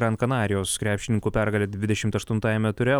gran kanarijos krepšininkų pergalė dvidešimt aštuntajame ture